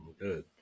Good